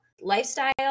lifestyle